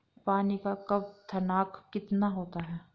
पानी का क्वथनांक कितना होता है?